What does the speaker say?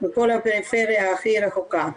בכל הפריפריה הכי רחוקה.